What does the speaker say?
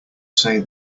say